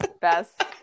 Best